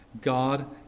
God